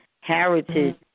heritage